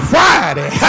Friday